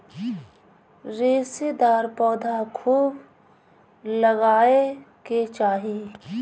रेशेदार पौधा खूब लगावे के चाही